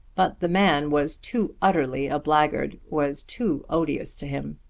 but the man was too utterly a blackguard was too odious to him.